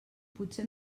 potser